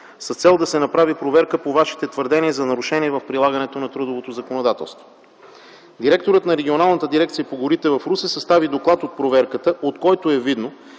с цел да се направи проверка по Вашите твърдения за нарушения в прилагането на трудовото законодателство. Директорът на Регионалната дирекция по горите в Русе състави доклад от проверката, от който е видно,